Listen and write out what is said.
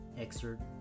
excerpt